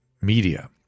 Media